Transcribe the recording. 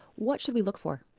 what should we look for?